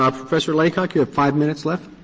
um professor laycock, you have five minutes left.